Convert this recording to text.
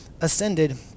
ascended